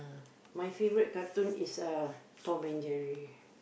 my favourite cartoon is uh Tom-and-Jerry